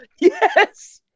Yes